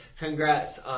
Congrats